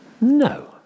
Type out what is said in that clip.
no